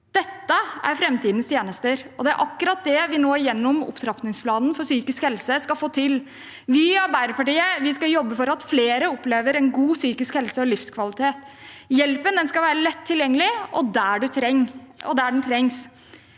Dette er framtidens tjenester, og det er akkurat det vi skal få til gjennom opptrappingsplanen for psykisk helse. Vi i Arbeiderpartiet skal jobbe for at flere opplever god psykisk helse og livskvalitet. Hjelpen skal være lett tilgjengelig og der den trengs,